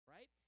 Right